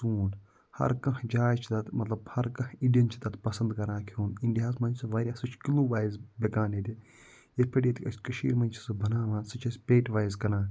ژوٗنٛٹھ ہر کانٛہہ جاے چھِ تَتھ مطلب ہَر کانٛہہ اِنٛڈیَن چھِ تَتھ پسنٛد کران کھیوٚن اِنٛڈِیاہَس منٛز چھِ سُہ واریاہ سُہ چھِ کِلوٗ وایِز بِکان ییٚتہِ یِتھ پٲٹھۍ ییٚتہِ أسۍ کٔشیٖرِ منٛز چھِ سُہ بناوان سُہ چھِ أسۍ پیٹہِ وایِز کٕنان